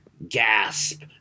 gasp